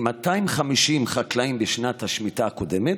מ-250 חקלאים בשנת השמיטה הקודמת,